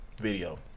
Video